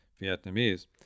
Vietnamese